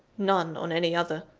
none on any other.